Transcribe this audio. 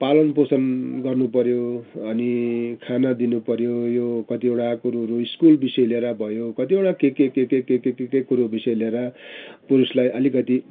पालन पोषण गर्नु पऱ्यो अनि खान दिनु पऱ्यो यो कतिवटा कुरोहरू स्कुल विषय लिएर भयो कतिवटा के के के के के के के विषय लिएर पुरुषलाई अलिकति